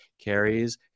carries